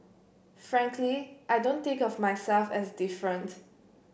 frankly I don't think of myself as different